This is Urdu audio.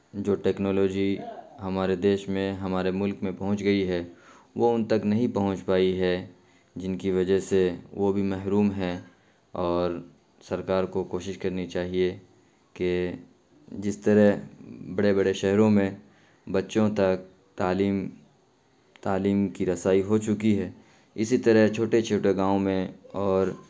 جو ٹیکنالوجی ہمارے دیش میں ہمارے ملک میں پہنچ گئی ہے وہ ان تک نہیں پہنچ پائی ہے جن کی وجہ سے وہ بھی محروم ہیں اور سرکار کو کوشش کرنی چاہیے کہ جس طرح بڑے بڑے شہروں میں بچوں تک تعلیم تعلیم کی رسائی ہو چکی ہے اسی طرح چھوٹے چھوٹے گاؤں میں اور